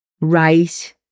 right